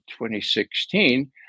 2016